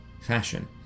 fashion